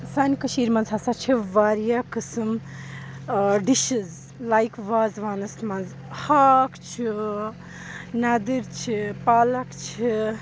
سانہِ کٔشیٖرِ منٛز ہَسا چھِ وارِیاہ قٕسٕم آ ڈِشِز لایِک وازٕوانَس منٛز ہاکھ چھُ نَدٕرۍ چھِ پالَک چھِ